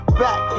back